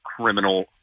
criminal